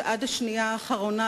שעד השנייה האחרונה,